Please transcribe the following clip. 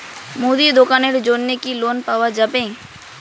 মুদি দোকানের জন্যে কি লোন পাওয়া যাবে?